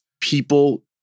People